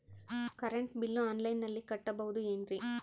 Current bill ಆನ್ಲೈನಿನಲ್ಲಿ ಕಟ್ಟಬಹುದು ಏನ್ರಿ?